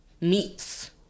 meats